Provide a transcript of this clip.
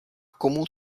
komu